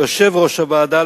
ליושב-ראש הוועדה,